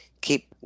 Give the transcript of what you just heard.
keep